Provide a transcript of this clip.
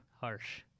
Harsh